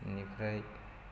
बेनिफ्राय